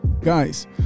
Guys